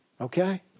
okay